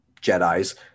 jedis